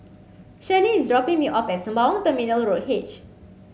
Shirlene is dropping me off at Sembawang Terminal Road H